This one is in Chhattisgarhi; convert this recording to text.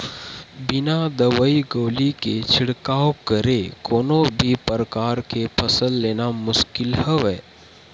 बिन दवई गोली के छिड़काव करे कोनो भी परकार के फसल लेना मुसकिल हवय